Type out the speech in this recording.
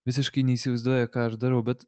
visiškai neįsivaizduoja ką aš darau bet